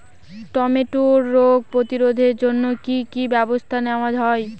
টমেটোর রোগ প্রতিরোধে জন্য কি কী ব্যবস্থা নেওয়া হয়?